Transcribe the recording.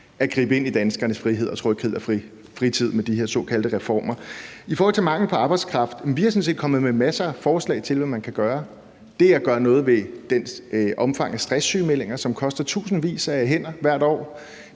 at gribe ind i danskernes frihed, tryghed og fritid med de her såkaldte reformer. Hvad angår mangel på arbejdskraft, er vi sådan set kommet med masser af forslag til, hvad man kan gøre. Man kan gøre noget ved omfanget af stresssygemeldinger, som koster tusindvis af hænder hvert år;